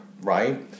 right